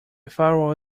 pharaoh